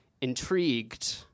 intrigued